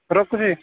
ରଖୁଛି